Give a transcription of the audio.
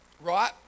Right